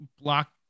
block